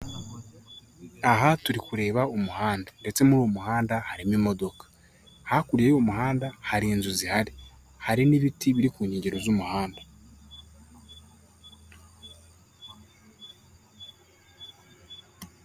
Aha turi kureba umuhanda ndetse muri uwo muhanda harimo imodoka, hakurya y'umuhanda hari inzu zihari hari n'ibiti biri ku nkengero z'umuhanda.